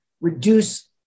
reduce